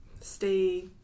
stay